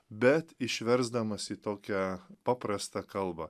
bet išversdamas į tokią paprastą kalbą